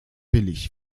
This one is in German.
billig